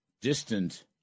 distant